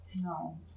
No